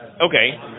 Okay